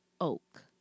oak